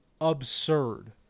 absurd